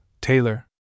Taylor